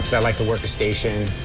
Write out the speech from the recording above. yeah like to work a station.